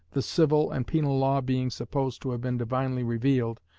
the civil and penal law being supposed to have been divinely revealed,